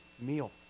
meal